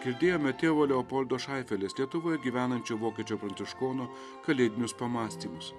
girdėjome tėvo leopoldo šaifelės lietuvoj gyvenančio vokiečio pranciškono kalėdinius pamąstymus